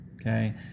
okay